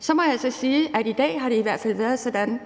Så må jeg altså sige, at i dag har det i hvert fald været sådan,